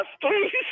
please